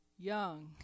Young